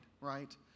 right